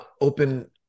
open